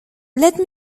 let